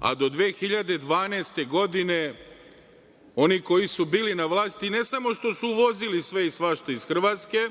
a do 2012. godine oni koji su bili na vlasti, ne samo što su uvozili sve i svašta iz Hrvatske